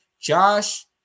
Josh